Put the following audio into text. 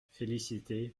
félicité